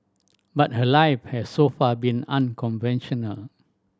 but her life has so far been unconventional